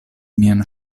mian